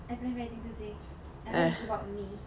I don't have anything to say unless it's about me